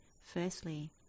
firstly